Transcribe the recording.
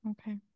Okay